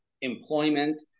employment